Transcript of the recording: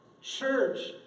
Church